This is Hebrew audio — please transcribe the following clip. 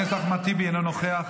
חבר הכנסת אחמד טיבי, אינו נוכח.